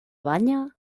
banya